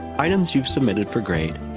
items you've submitted for grade,